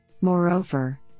Moreover